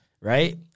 right